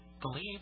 believe